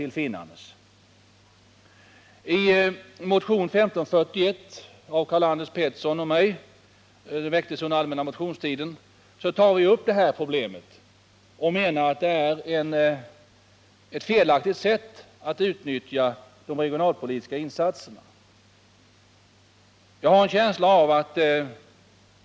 I motion nr 1541, som väcktes under den allmänna motionstiden, tar Karl-Anders Petersson och jag upp de här problemen.